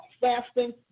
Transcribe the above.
fasting